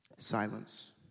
silence